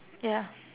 ya